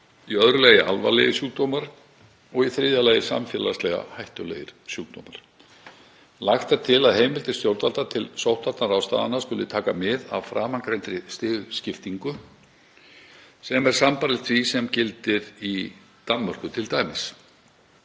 í öðru lagi alvarlegir sjúkdómar og í þriðja lagi samfélagslega hættulegir sjúkdómar. Lagt er til að heimildir stjórnvalda til sóttvarnaráðstafana skuli taka mið af framangreindri stigskiptingu sem er sambærilegt því sem gildir t.d. í Danmörku.